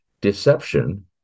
deception